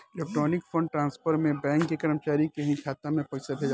electronic fund transfer में bank के कर्मचारी के ही खाता में पइसा भेजाला